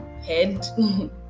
head